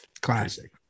Classic